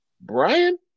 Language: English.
Brian